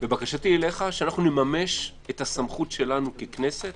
ובקשתי אליך שנממש את הסמכות שלנו ככנסת